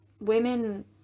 women